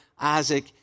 Isaac